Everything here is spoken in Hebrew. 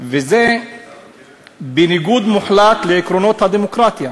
וזה בניגוד מוחלט לעקרונות הדמוקרטיה,